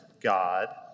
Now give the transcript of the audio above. God